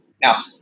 Now